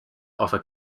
offer